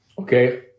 Okay